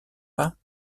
pas